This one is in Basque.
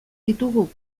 ditugu